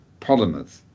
polymers